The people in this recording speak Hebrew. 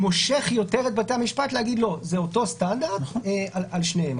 שימשוך יותר את בתי המשפט להחיל את אותו סטנדרט על שניהם.